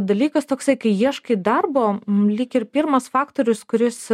dalykas toksai kai ieškai darbo lyg ir pirmas faktorius kuris